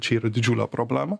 čia yra didžiulė problema